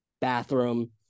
bathroom